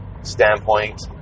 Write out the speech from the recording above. standpoint